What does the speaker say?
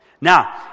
Now